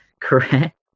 correct